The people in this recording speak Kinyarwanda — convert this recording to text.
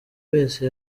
wese